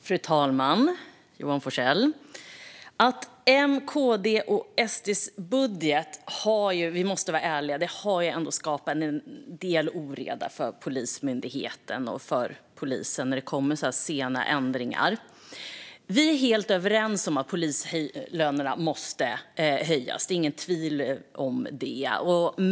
Fru talman och Johan Forssell! Vi måste vara ärliga och säga att M:s, KD:s och SD:s budget har skapat en del oreda för Polismyndigheten och polisen. Så blir det när det kommer sådana här sena ändringar. Vi är helt överens om att polislönerna måste höjas; det är inget tvivel om det.